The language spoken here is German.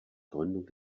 gründung